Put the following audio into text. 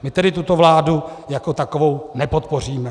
My tedy tuto vládu jako takovou nepodpoříme.